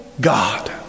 God